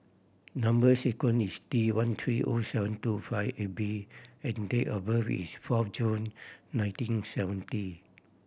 number sequence is T one three O seven two five eight B and date of birth is four June nineteen seventy